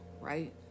Right